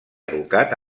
educat